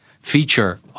feature